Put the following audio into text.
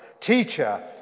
Teacher